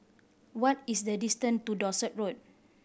what is the distant to Dorset Road